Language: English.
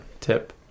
tip